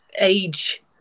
age